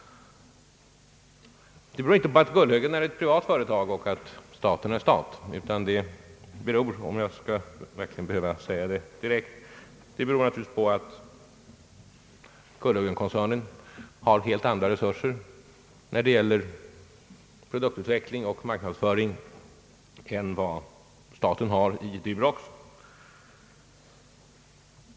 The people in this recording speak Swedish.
Det beror inte på att Gullhögen är ett privat företag och att staten är stat, utan det beror naturligtvis på — om jag skall behöva säga det — att Gullhögenkoncernen har helt andra resurser när det gäller produktutveckling och marknadsföring än vad staten har när det gäller Durox.